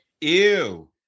Ew